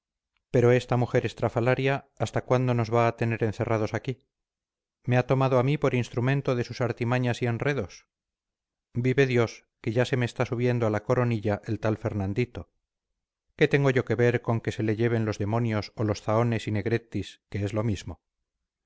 pero esta mujer estrafalaria hasta cuándo nos va a tener encerrados aquí me ha tomado a mí por instrumento de sus artimañas y enredos vive dios que ya se me está subiendo a la coronilla el tal fernandito qué tengo yo que ver con que se le lleven los demonios o los zahones y negrettis que es lo mismo